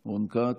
כץ,